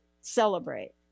celebrate